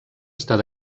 estar